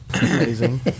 amazing